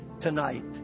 tonight